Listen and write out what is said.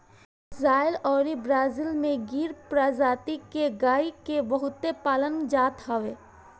Israel अउरी Brazil में गिर प्रजति के गाई के बहुते पालल जात हवे